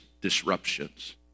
disruptions